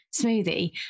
smoothie